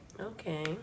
okay